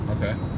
Okay